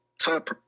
top